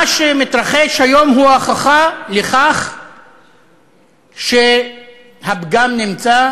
מה שמתרחש היום הוא ההוכחה לכך שהפגם נמצא